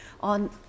on